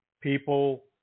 people